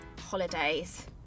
holidays